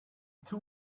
two